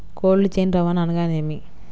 Cold chain రవాణా అనగా నేమి?